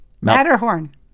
Matterhorn